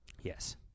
Yes